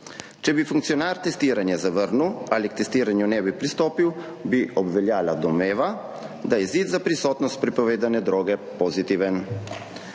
Če bi funkcionar testiranje zavrnil ali k testiranju ne bi pristopil, bi obveljala domneva, da je izid za prisotnost prepovedane droge pozitiven.